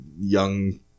young